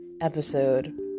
episode